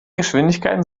geschwindigkeiten